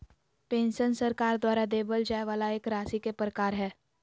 pension सरकार द्वारा देबल जाय वाला एक राशि के प्रकार हय